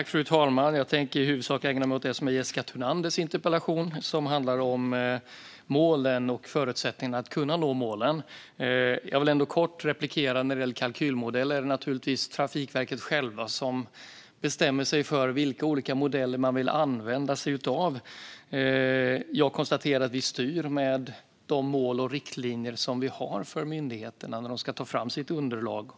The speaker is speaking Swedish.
Herr talman! Jag tänker i huvudsak ägna mig åt Jessica Thunanders interpellation om målen och förutsättningarna för att nå dem. Men jag vill kort replikera när det gäller kalkylmodeller. Det är Trafikverket självt som bestämmer vilka olika modeller man vill använda sig av. Vi styr med de mål och riktlinjer vi har för myndigheterna när de ska ta fram sitt underlag.